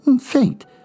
faint